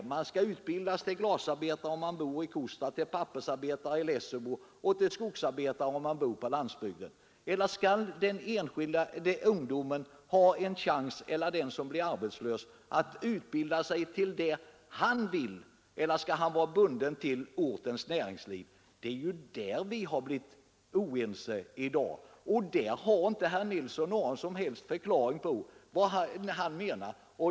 Då skulle man ju utbildas till glasarbetare, om man bodde i Kosta, till pappersarbetare om man bodde i Lessebo och till skogsarbetare om man bodde på landsbygden. Skall ungdomen eller den som blir arbetslös ha en chans att utbilda sig för det som man själv vill, eller skall man vara bunden till ortens näringsliv? Det är den saken vi har blivit oense om i dag. Men där lämnade herr Nilsson i Tvärålund ingen som helst förklaring på vad han menar.